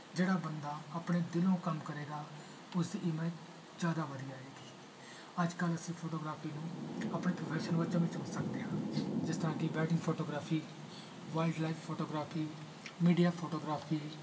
ਜਿਹੜਾ ਬੰਦਾ ਆਪਣੇ ਦਿਲੋਂ ਕੰਮ ਕਰੇਗਾ ਉਸਦੀ ਇਮੇਜ਼ ਜ਼ਿਆਦਾ ਵਧੀਆ ਆਏਗੀ ਅੱਜ ਕੱਲ੍ਹ ਅਸੀਂ ਫੋਟੋਗ੍ਰਾਫੀ ਨੂੰ ਆਪਣੇ ਪ੍ਰੋਫੈਸ਼ਨ ਵਜੋਂ ਵੀ ਚੁਣ ਸਕਦੇ ਹਾਂ ਜਿਸ ਤਰ੍ਹਾਂ ਕਿ wedding photography wildlife photography media photography